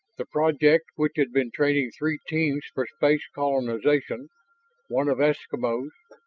the project, which had been training three teams for space colonization one of eskimos,